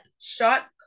shot